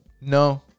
No